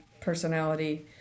personality